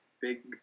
big